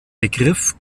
begriff